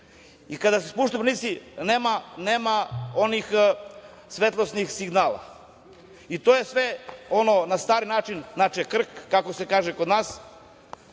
i kada se spuste branici nema onih svetlosnih signala. To je sve na stari način, na čekrk, kako se kaže kod nas.